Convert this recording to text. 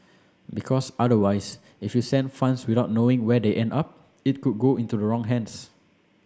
because otherwise if you send funds without knowing where they end up it could go into the wrong hands